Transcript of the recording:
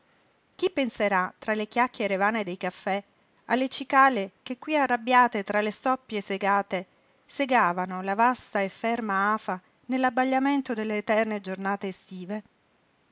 chi penserà tra le chiacchiere vane dei caffè alle cicale che qui arrabbiate tra le stoppie segate segavano la vasta e ferma afa nell'abbagliamento delle eterne giornate estive